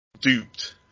duped